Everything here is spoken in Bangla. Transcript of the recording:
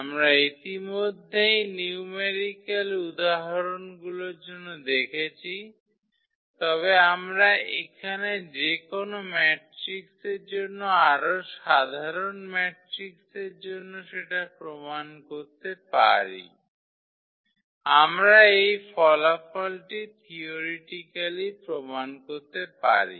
আমরা ইতিমধ্যেই নিউমেরিক্যাল উদাহরণগুলির জন্য দেখেছি তবে আমরা এখানে যে কোনও ম্যাট্রিক্সের জন্য আরও সাধারণ ম্যাট্রিক্সের জন্য সেটা প্রমাণ করতে পারি আমরা এই ফলাফলটি থিয়োরিটিক্যালি প্রমাণ করতে পারি